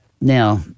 Now